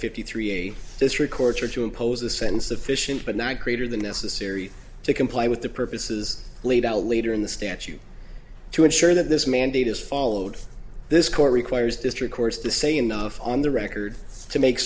fifty three a this records are to impose a sentence of fission but not greater than necessary to comply with the purposes laid out later in the statute to ensure that this mandate is followed this court requires district course to say enough on the record to make